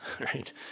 Right